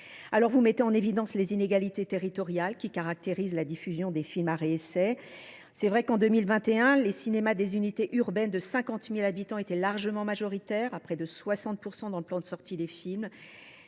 rapport, vous mettez en évidence les inégalités territoriales qui caractérisent la diffusion des films d’art et d’essai. En 2021, les cinémas des unités urbaines de 50 000 habitants étaient largement majoritaires, à près de 60 %, dans le plan de sortie de ces films.